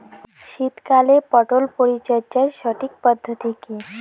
শীতকালে পটল গাছ পরিচর্যার সঠিক পদ্ধতি কী?